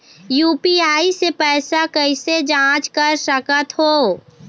UPI से पैसा कैसे जाँच कर सकत हो?